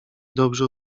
dobrze